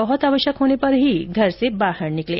बहुत आवश्यक होने पर ही घर से बाहर निकलें